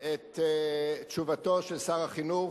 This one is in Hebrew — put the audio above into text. את תשובתו של שר החינוך,